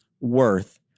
worth